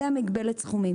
אז זה לגבי מגבלת הסכומים.